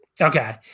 Okay